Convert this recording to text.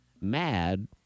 Mad